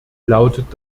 lautet